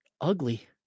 ugly